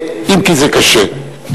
אם כי זה קשה, כן?